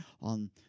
on